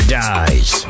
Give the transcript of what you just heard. dies